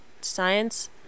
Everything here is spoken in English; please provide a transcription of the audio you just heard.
science